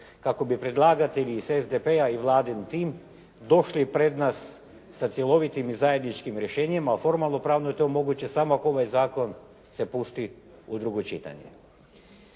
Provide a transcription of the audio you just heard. kako bi predlagatelji iz SDP-a i Vladin tim došli pred nas sa cjelovitim i zajedničkim rješenjima, a formalno-pravno je to moguće samo ako ovaj zakon se pusti u drugo čitanje.